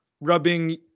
rubbing